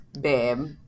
Babe